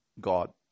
God